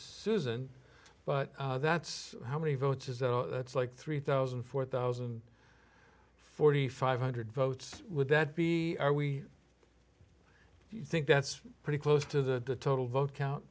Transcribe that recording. susan but that's how many votes is that's like three thousand four thousand and forty five hundred votes would that be are we think that's pretty close to the total vote count